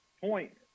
point